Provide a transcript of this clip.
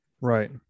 Right